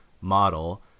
model